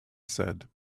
said